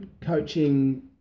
coaching